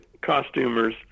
costumers